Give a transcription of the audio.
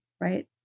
right